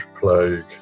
plague